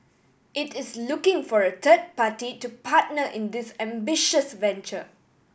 it is looking for a third party to partner in this ambitious venture